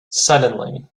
suddenly